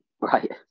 Right